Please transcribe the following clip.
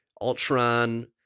Ultron